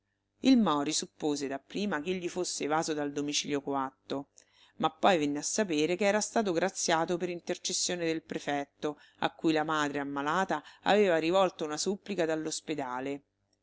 il mori suppose dapprima ch'egli fosse evaso dal domicilio coatto ma poi venne a sapere che era stato graziato per intercessione del prefetto a cui la madre ammalata aveva rivolto una supplica